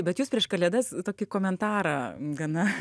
bet jūs prieš kalėdas tokį komentarą gana